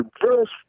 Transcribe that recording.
first